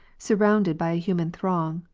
surrounded by a human throng,